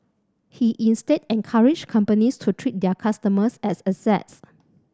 he instead encouraged companies to treat their customers as assets